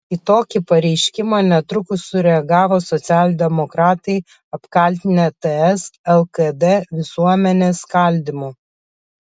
į tokį pareiškimą netrukus sureagavo socialdemokratai apkaltinę ts lkd visuomenės skaldymu